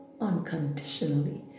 unconditionally